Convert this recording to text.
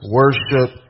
worship